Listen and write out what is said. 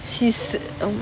she's o~